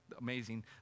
amazing